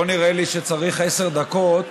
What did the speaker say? לא נראה לי שצריך עשר דקות